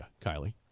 Kylie